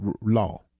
law